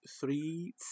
three